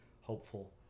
hopeful